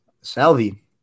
Salvi